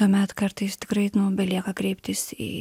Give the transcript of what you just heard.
tuomet kartais tikrai belieka kreiptis į